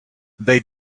they